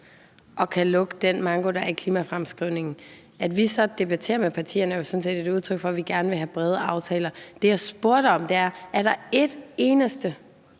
og kan lukke den manko, der er i klimafremskrivningen. At vi så debatterer med partierne, er jo sådan set et udtryk for, at vi gerne vil have brede aftaler. Det, jeg spurgte om, er: Er der et eneste,